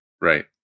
Right